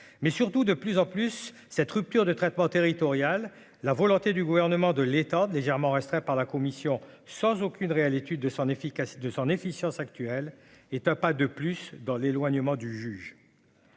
mais surtout de plus en plus cette rupture de traitement territorial, la volonté du gouvernement de l'État légèrement resterait par la commission sans aucune réelle étude de son efficacité de son efficience actuel est un pas de plus dans l'éloignement du juge